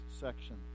section